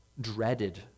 dreaded